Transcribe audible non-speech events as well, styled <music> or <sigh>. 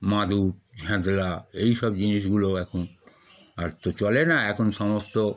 মাদুর <unintelligible> এইসব জিনিসগুলো এখন আর তো চলে না এখন সমস্ত